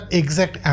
exact